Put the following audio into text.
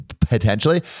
potentially